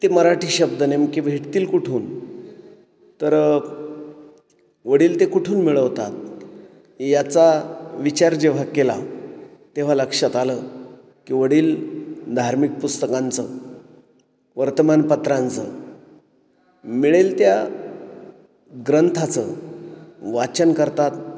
ते मराठी शब्द नेमके भेटतील कुठून तर वडील ते कुठून मिळवतात याचा विचार जेव्हा केला तेव्हा लक्षात आलं की वडील धार्मिक पुस्तकांचं वर्तमानपत्रांचं मिळेल त्या ग्रंथाचं वाचन करतात